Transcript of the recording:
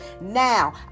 Now